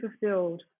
fulfilled